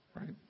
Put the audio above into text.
Right